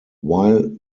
while